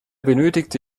benötigte